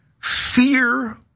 fear